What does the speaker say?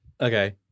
Okay